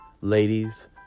ladies